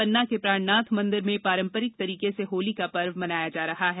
पन्ना के प्राणनाथ मंदिर में पारम्परिक तरीके से होली का पर्व मनाया जा रहा है